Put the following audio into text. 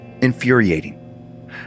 Infuriating